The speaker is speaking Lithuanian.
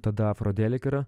tada afrodelik yra